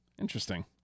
interesting